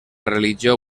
religió